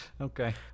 Okay